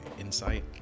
Insight